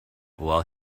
while